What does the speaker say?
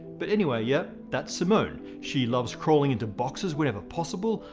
but anyway, yeah, that's simone. she loves crawling into boxes whenever possible,